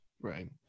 Right